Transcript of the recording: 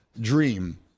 dream